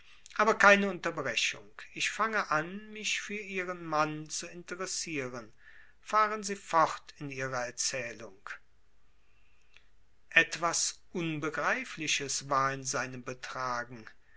aber keine unterbrechung ich fange an mich für ihren mann zu interessieren fahren sie fort in ihrer erzählung etwas unbegreifliches war in seinem betragen